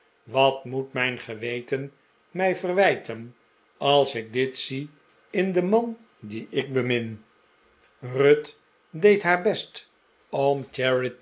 wat moet mijn geweten mij verwijten als ik dit zie in den man dien ik bemin ruth deed haar best